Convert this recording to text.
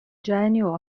genio